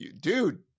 dude